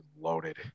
loaded